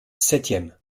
septième